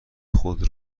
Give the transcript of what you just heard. خود